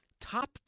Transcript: Top